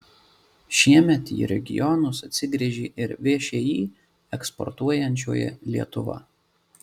šiemet į regionus atsigręžė ir všį eksportuojančioji lietuva